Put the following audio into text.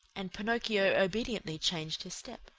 and pinocchio obediently changed his step.